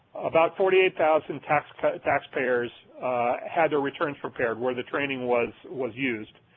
about forty eight thousand taxpayers taxpayers had their returns prepared where the training was was used.